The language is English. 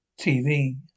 TV